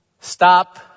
stop